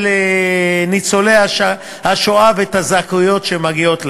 ניצולי השואה ואת הזכאויות שמגיעות להם.